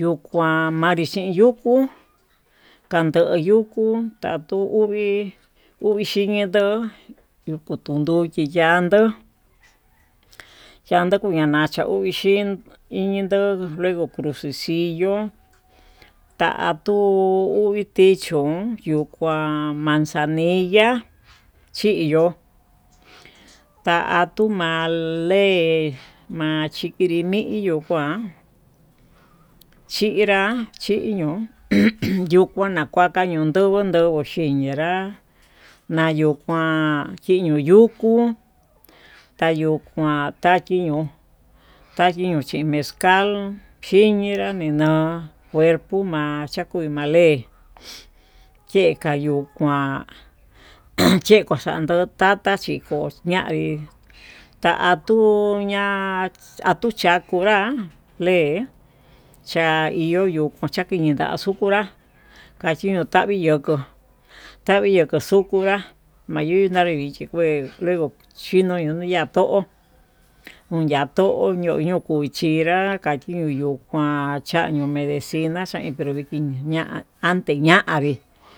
yuu kuan manri xhin yukú kando yukú kando uvii, uvii xhiyendo yukuu tunduvi ya'andó yando kuña'a xhauvii xhin indo luego crucesiyó, tatuu uvii ti chón kuan manzanilla chi yo'ó matuu ma'a le'e chikirimillo kuan chinra chii ño'o ujun kuyu ñakaka ñayenyió komndoguo xhii ñenrá, nayuu kuan chino yukú tayuu kuan taki ño'o tachinro chi mezcla xhiñinró nino'o cuerpo ma'a xhakuu male'e cheka yuu kuán, ejen chekan tayo'o tata chañanrí tatuña atuu chakonrá le'e chaiyo yuu chaki nii ta'á axukunra tachiño'o tavii yokó tavii yoko xukunrá ayuuna navichi kué, chino nuni ya'a to'ó uun ya'a to'o uñii ñuu chinrá aya kachi nuu yuu kuanchí chañuu medicina kanuu yikii ña'a ante ña'a vii.